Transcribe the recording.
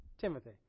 Timothy